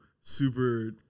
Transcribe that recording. super